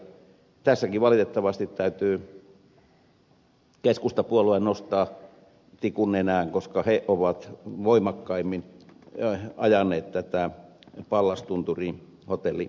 tässäkin valitettavasti täytyy keskustapuolue nostaa tikun nenään koska he ovat voimakkaimmin ajaneet tätä pallastunturin hotelli